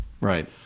Right